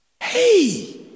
Hey